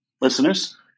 listeners